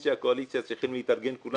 שאופוזיציה וקואליציה צריכים להתארגן כולם